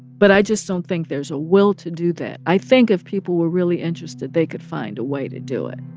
but i just don't think there's a will to do that. i think if people were really interested, they could find a way to do it